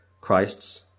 Christ's